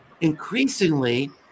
increasingly